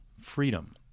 freedom